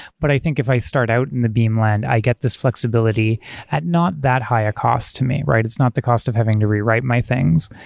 but i think if i start out in the beam land, i get this flexibility at not that high a cost to me, right? it's not the cost of having to rewrite my things.